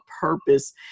purpose